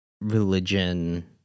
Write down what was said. religion